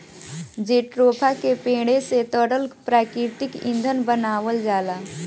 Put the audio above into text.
jatropha के पेड़े से तरल प्राकृतिक ईंधन बनावल जाला